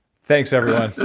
thanks everyone